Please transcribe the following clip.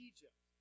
Egypt